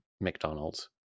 McDonald's